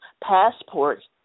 passports